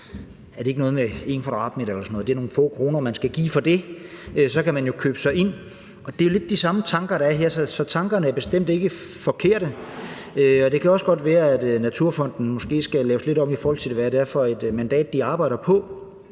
at det er noget med 1 m² eller sådan noget; det er nogle få kroner, man skal give for det, og så køber man sig ind. Og det er lidt de samme tanker, der er her, så tankerne er bestemt ikke forkerte, og det kan også godt være, at Naturfonden måske skal laves lidt om, i forhold til hvad det er for et mandat, de arbejder på.